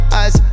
eyes